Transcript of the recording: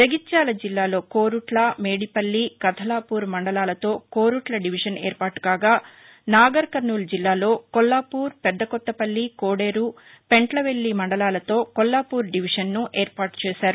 జగిత్యాల జిల్లాలో కోరుట్ల మేడిపల్లి కథలాపూర్ మండలాలతో కోరుట్ల డివిజన్ ఏర్పాటు కాగా నాగర్ కర్నూల్ జిల్లాలో కొల్లాపూర్ పెద్దకొత్తపల్లి కోదేరు పెంట్లవెల్లి మండలాలతో కొల్లాపూర్ దివిజన్ను ఏర్పాటు చేశారు